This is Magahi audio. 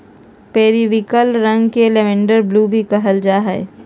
पेरिविंकल रंग के लैवेंडर ब्लू भी कहल जा हइ